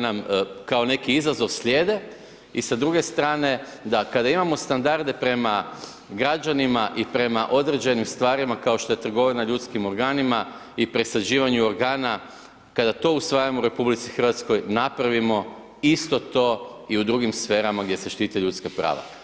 nam kao neki izazov slijede i sa druge strane da kada imamo standarde prema građanima i prema određenim stvarima kao što je trgovina ljudskim organima i presađivanju organa kada to usvajamo u RH napravimo isto i u drugim sferama gdje se štite ljudska prava.